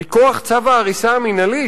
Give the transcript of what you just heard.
מכוח צו ההריסה המינהלי,